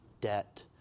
debt